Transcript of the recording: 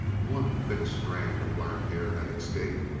one thick strand of black hair had escaped,